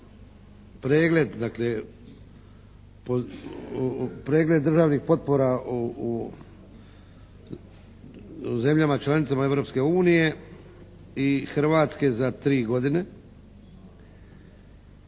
pregled, dakle pregled državnih potpora u zemljama članicama Europske unije i Hrvatske za tri godine.